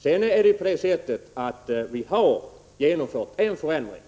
Vi har emellertid genomfört en förändring. I fjol 69 Prot.